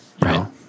Right